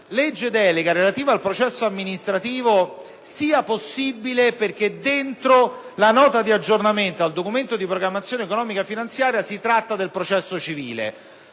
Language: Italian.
legge delega relativa al processo amministrativo sia possibile perche´ nella Nota di aggiornamento al Documento di programmazione economico-finanziaria si tratta del processo civile.